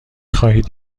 خواهید